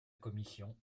commission